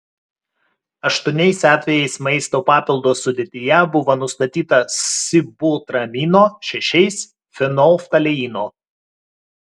aštuoniais atvejais maisto papildo sudėtyje buvo nustatyta sibutramino šešiais fenolftaleino